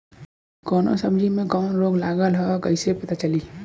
कौनो सब्ज़ी में कवन रोग लागल ह कईसे पता चली?